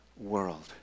world